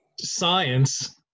science